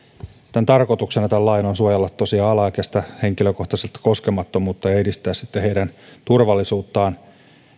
lain tarkoituksena on suojella tosiaan alaikäisten henkilökohtaista koskemattomuutta ja edistää heidän turvallisuuttaan